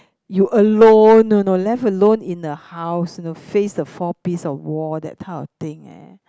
you alone you know left alone in the house you know face the four piece of wall that type of thing eh